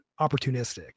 opportunistic